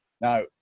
Now